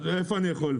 איפה אני יכול?